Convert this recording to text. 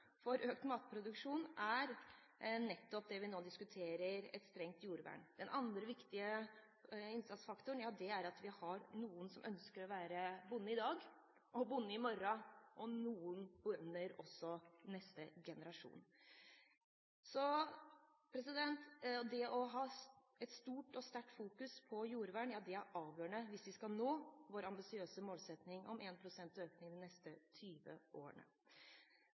for økt matproduksjon er nettopp det vi nå diskuterer: et strengt jordvern. Den andre viktige innsatsfaktoren er at vi har noen som ønsker å være bonde i dag og bonde i morgen – og at noen også i neste generasjon vil være bonde. Det å ha et stort og sterkt fokus på jordvern er avgjørende hvis vi skal nå vår ambisiøse målsetting om 1 pst. økning de neste 20 årene.